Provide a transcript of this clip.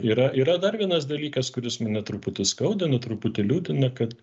yra yra dar vienas dalykas kuris mane truputį skaudina truputį liūdina kad